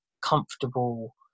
comfortable